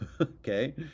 Okay